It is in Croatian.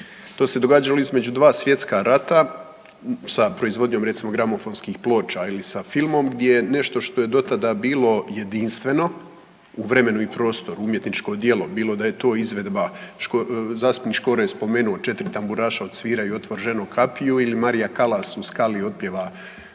To se događalo između dva svjetska rata sa proizvodnjom recimo gramofonskih ploča ili sa filmom, gdje je nešto što je do tada bilo jedinstveno u vremenu i prostoru, umjetničko djelo bilo da je to izvedba. Zastupnik Škoro je spomenuo 4 tamburaša odsviraju „Otvor ženo kapiju“ ili Maria Callas u Scali otpjeva